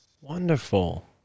Wonderful